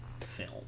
film